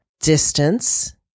distance